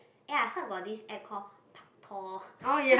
ya I heard got this app called Paktor